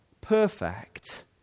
perfect